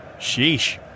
Sheesh